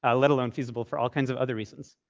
ah let alone feasible for all kinds of other reasons.